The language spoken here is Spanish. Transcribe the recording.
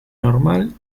normal